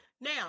Now